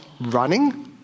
running